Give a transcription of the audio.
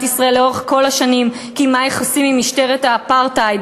ישראל לאורך כל השנים קיימה יחסים עם משטרת האפרטהייד,